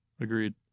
Agreed